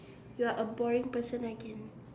you're a boring person again